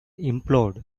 implode